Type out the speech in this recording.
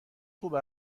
خوب